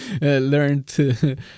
learned